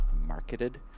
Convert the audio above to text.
marketed